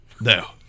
No